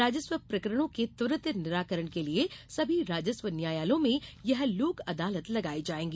राजस्व प्रकरणों के त्वरित निराकरण के लिए सभी राजस्व न्यायालयों में यह लोक अदालत लगायी जाएगी